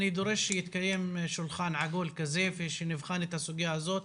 אני דורש שיתקיים שולחן עגול כזה ושנבחן את הסוגיה הזאת.